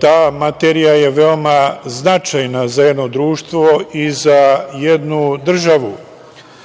ta materija je veoma značajna za jedno društvo i za jednu državu,